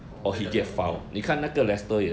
oh 那个 penalty